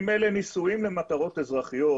אם אלה ניסויים למטרות אזרחיות,